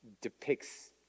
depicts